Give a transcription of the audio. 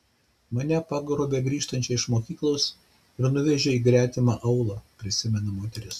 mane pagrobė grįžtančią iš mokyklos ir nuvežė į gretimą aūlą prisimena moteris